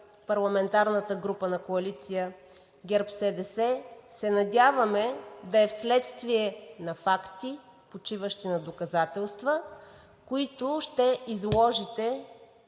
парламентарната група на коалиция ГЕРБ-СДС, се надяваме да е вследствие на факти, почиващи на доказателства, които ще изложите